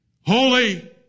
holy